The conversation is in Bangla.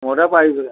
মোটা পাইপ লা